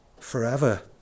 forever